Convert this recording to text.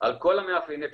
על כל מאפייני הפשיעה.